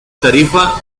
tarifa